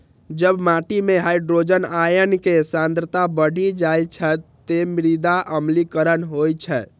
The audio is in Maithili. जब माटि मे हाइड्रोजन आयन के सांद्रता बढ़ि जाइ छै, ते मृदा अम्लीकरण होइ छै